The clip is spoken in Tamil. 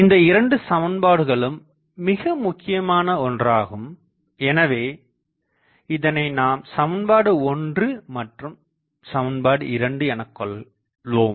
இந்த இரண்டு சமன்பாடுகளும் மிக முக்கியமான ஒன்றாகும் எனவே இதனை நாம் சமன்பாடு 1 மற்றும் சமன்பாடு 2 எனக் கொள்வோம்